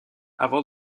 avant